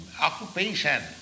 occupation